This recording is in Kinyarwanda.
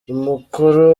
umukuru